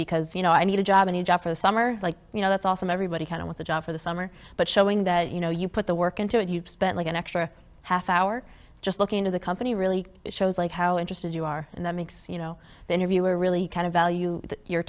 because you know i need a job any job for a summer like you know that's also everybody kind of what's a job for the summer but showing that you know you put the work into it you've spent like an extra half hour just looking to the company really shows like how interested you are and that makes you know then you are really kind of value your